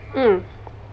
mm